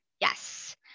yes